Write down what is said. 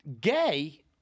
gay